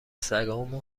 سگامو